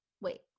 wait